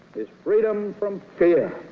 is freedom from fear,